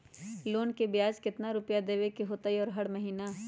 Loan के ब्याज कितना रुपैया देबे के होतइ हर महिना?